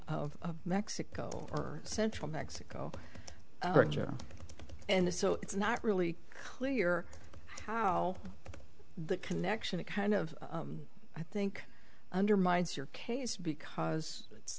of mexico or central mexico and the so it's not really clear how that connection it kind of i think undermines your case because it's